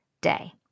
day